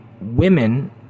women